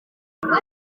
imvu